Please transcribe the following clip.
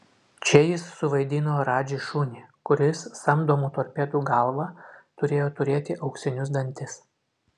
čia jis suvaidino radži šunį kuris samdomų torpedų galva turėjo turėti auksinius dantis